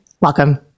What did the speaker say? welcome